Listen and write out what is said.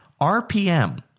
RPM